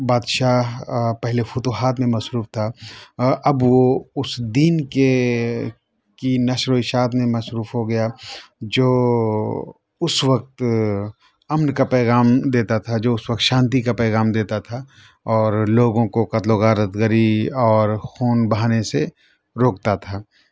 بادشاہ پہلے فتوحات میں مصروف تھا اب وہ اُس دین کے کی نشر و اشاعت میں مصروف ہو گیا جو اُس وقت اَمن کا پیغام دیتا تھا جو اُس وقت شانتی کا پیغام دیتا تھا اور لوگوں کو قتل و غارت گری اور خون بہانے سے روکتا تھا